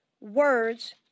Words